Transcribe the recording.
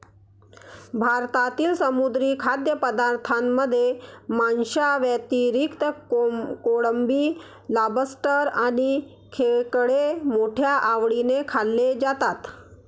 भारतातील समुद्री खाद्यपदार्थांमध्ये माशांव्यतिरिक्त कोळंबी, लॉबस्टर आणि खेकडे मोठ्या आवडीने खाल्ले जातात